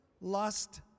lust